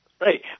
Right